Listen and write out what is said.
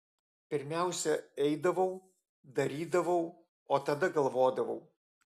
pirmiausia eidavau darydavau o tada galvodavau